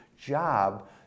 job